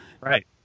Right